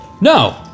No